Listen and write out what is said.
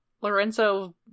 Lorenzo